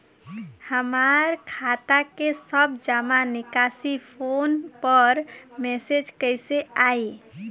हमार खाता के सब जमा निकासी फोन पर मैसेज कैसे आई?